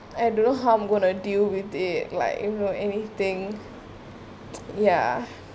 I don't know how I'm going to deal with it like you know anything ya